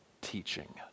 teaching